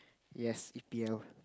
yes E_P_L